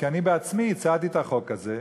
כי אני בעצמי הצעתי את החוק הזה,